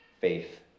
Faith